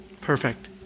perfect